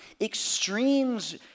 Extremes